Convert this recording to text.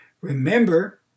Remember